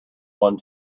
one